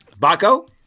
Baco